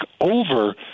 over